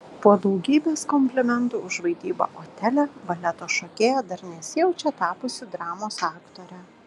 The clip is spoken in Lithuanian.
po daugybės komplimentų už vaidybą otele baleto šokėja dar nesijaučia tapusi dramos aktore